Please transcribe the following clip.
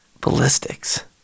Ballistics